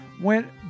went